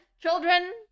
Children